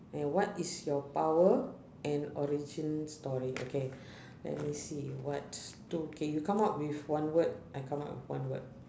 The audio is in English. and what is your power and origin story okay let me see what two okay you come up with one word I come up with one word